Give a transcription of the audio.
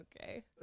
okay